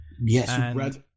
Yes